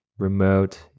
remote